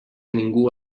ningú